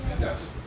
yes